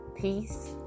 peace